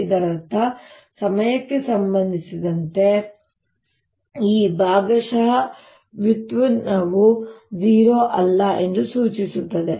ಮತ್ತು ಇದರರ್ಥ ಸಮಯಕ್ಕೆ ಸಂಬಂಧಿಸಿದಂತೆ E ಯ ಭಾಗಶಃ ವ್ಯುತ್ಪನ್ನವು 0 ಅಲ್ಲ ಎಂದು ತಕ್ಷಣವೇ ಸೂಚಿಸುತ್ತದೆ